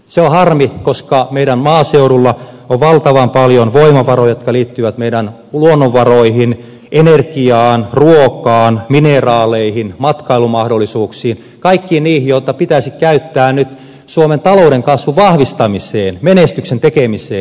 se on harmi koska meidän maaseudulla on valtavan paljon voimavaroja jotka liittyvät meidän luonnonvaroihin energiaan ruokaan mi neraaleihin matkailumahdollisuuksiin kaikkiin niihin joita pitäisi käyttää nyt suomen talouden kasvun vahvistamiseen menestyksen tekemiseen